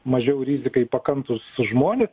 mažiau rizikai pakantūs žmonės